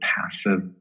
passive